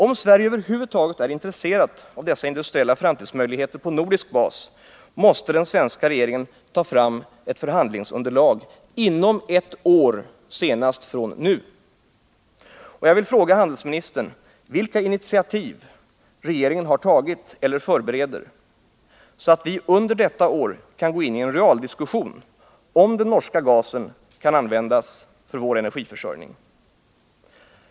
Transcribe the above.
Om Sverige över huvud taget är intresserat av dessa industriella framtidsmöjligheter på nordisk bas, måste den svenska regeringen ta fram ett förhandlingsunderlag inom ett år från nu. Jag vill fråga handelsministern vilka initiativ regeringen har tagit eller förbereder så att vi under detta år kan gå in i en realdiskussion, om den norska gasen kan användas för vår energiförsörjning.